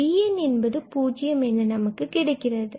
bn0 நமக்கு கிடைக்கிறது